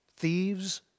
Thieves